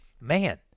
man